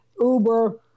Uber